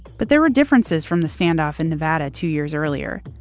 but there were differences from the standoff in nevada two years earlier.